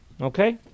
okay